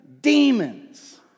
demons